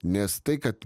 nes tai kad